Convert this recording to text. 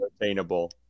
attainable